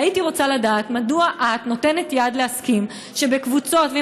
הייתי רוצה לדעת מדוע את נותנת יד להסכים שבקבוצות מעורבות,